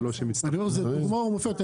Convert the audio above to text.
זאת דוגמה ומופת.